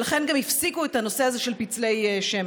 ולכן גם הפסיקו את הנושא הזה של פצלי שמן.